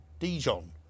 Dijon